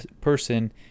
person